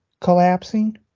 collapsing